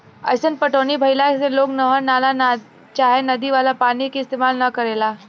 अईसन पटौनी भईला से लोग नहर, नाला चाहे नदी वाला पानी के इस्तेमाल न करेला